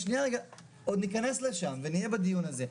עוד ניכנס לשם ונהיה בדיון הזה,